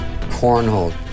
cornhole